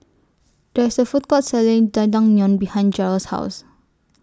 There IS A Food Court Selling Jajangmyeon behind Jerrell's House